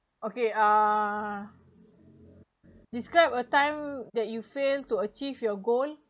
okay uh describe a time that you fail to achieve your goal